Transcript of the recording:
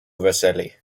vercelli